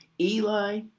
Eli